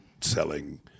selling